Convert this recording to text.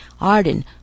Arden